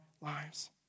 lives